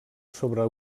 sobre